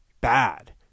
bad